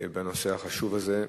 בנושא החשוב הזה.